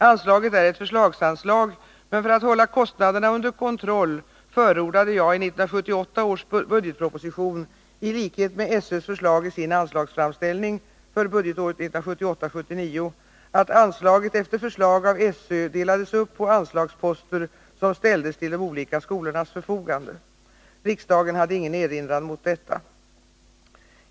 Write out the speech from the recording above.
Anslaget är ett förslagsanslag, men för att hålla kostnaderna under kontroll förordade jag i 1978 års budgetproposition, i likhet med SÖ:s förslag i anslagsframställningen för budgetåret 1978 78:19, rskr 1977/78:206).